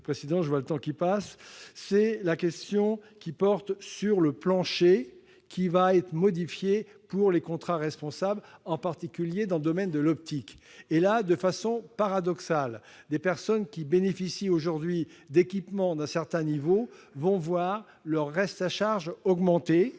monsieur le président, car je vois le temps passer ! -porte sur le plancher, qui sera modifié, pour les contrats responsables, en particulier dans le domaine de l'optique. De façon paradoxale, des personnes qui bénéficient aujourd'hui d'équipements d'un certain niveau verront leur reste à charge augmenter